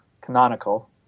Canonical